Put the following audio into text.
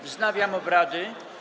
Wznawiam obrady.